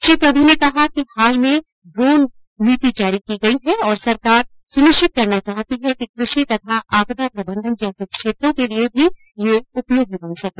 श्री प्रभू ने कहा कि हाल में ड्रोन नीति जारी की गई है और संरकार सुनिश्चित करना चाहती है कि कृषि तथा आपदा प्रबंधन जैसे क्षेत्रों के लिए भी यह उपयोगी बन सके